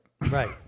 Right